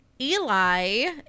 Eli